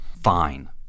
fine